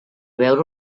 beure